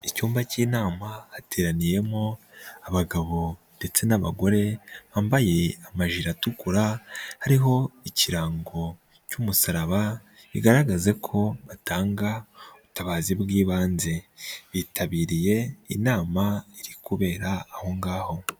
Icyumba k'inama hateraniyemo abagabo ndetse n'abagore bambaye amajire atukura hariho ikirango cy'umusaraba, bigaragaza ko batanga ubutabazi bw'ibanze bitabiriye inama iri kubera aho ngaho.